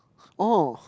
oh